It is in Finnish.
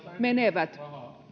menevät